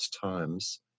times